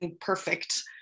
perfect